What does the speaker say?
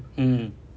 mmhmm